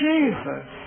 Jesus